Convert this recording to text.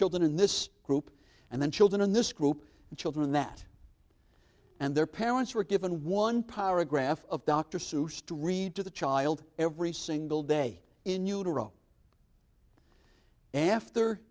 children in this group and then children in this group and children that and their parents were given one paragraph of dr seuss to read to the child every single day in utero after